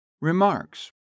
Remarks